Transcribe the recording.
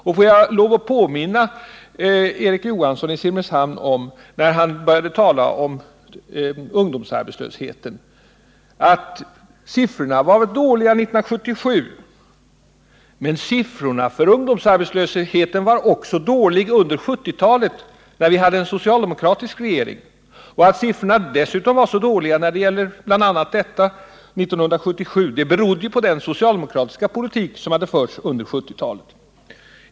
Och får jag lov att påminna Erik Johansson i Simrishamn om, när han här börjar tala om ungdomsarbetslösheten och att siffrorna var dåliga 1977, att siffrorna för ungdomsarbetslösheten också var dåliga under 1970-talet, när vi hade en socialdemokratisk regering. Att siffrorna var så dåliga även 1977 berodde på den socialdemokratiska politik som fördes under 1970-talet.